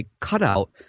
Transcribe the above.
cutout